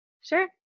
Sure